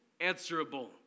answerable